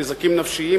נזקים נפשיים,